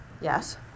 yes